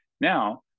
Now